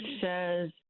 says